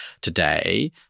today